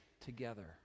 together